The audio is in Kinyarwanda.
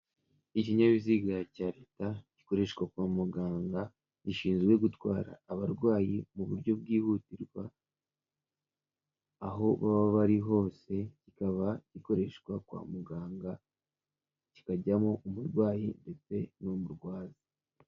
Ikinyabiziga cya leta gikoreshwa kwa muganga gishinzwe gutwara abarwayi mu buryo bwihutirwa aho baba bari hose kikaba gikoreshwa kwa muganga kikajyamo umurwayi ndetse n'umurwaza.